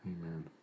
Amen